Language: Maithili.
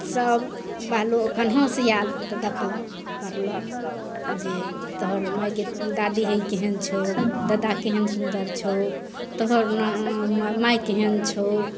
सभ बालो कोनहुसे आएल तऽ देखलक कहलक जे तोहर माइ गे दादी हे ई केहन छौ ददा केहन सुन्दर छौ तोहर माइ केहन छौ